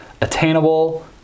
attainable